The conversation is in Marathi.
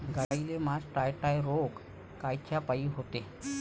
गाईले मासटायटय रोग कायच्यापाई होते?